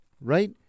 right